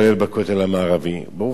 ברוך השם, סוף-סוף זכינו.